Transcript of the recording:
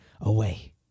away